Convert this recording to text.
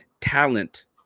talent